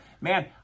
man